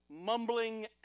mumbling